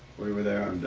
we were there,